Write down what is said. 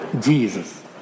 Jesus